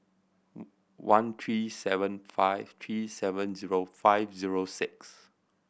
one three seven five three seven zero five zero six